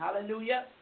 Hallelujah